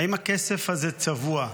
האם הכסף הזה צבוע?